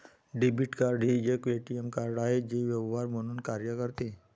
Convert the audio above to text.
debit card हे एक ATM card आहे जे व्यवहार म्हणून कार्य करते